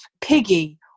piggy